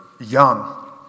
young